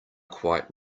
quite